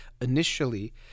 initially